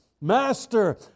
Master